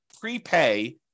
prepay